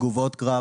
אומרים תגובות קרב,